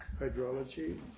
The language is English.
hydrology